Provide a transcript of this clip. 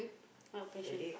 what operation